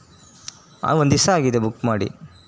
ಆಂ ಒಂದು ದಿವ್ಸ ಆಗಿದೆ ಬುಕ್ ಮಾಡಿ